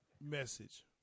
message